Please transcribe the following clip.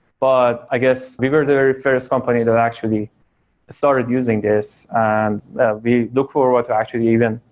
but i guess we were the very first company that actually started using this and we look forward to actually even,